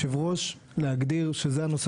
אחת המטרות זה באמת לשמוע אתכם ולהמשיך לשפר זה היעד